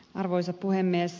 arvoisa puhemies